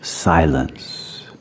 silence